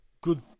good